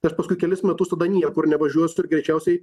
tai aš paskui kelis metus tada niekur nevažiuosiu ir greičiausiai